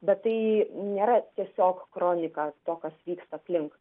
bet tai nėra tiesiog kronika to kas vyksta aplink